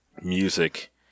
music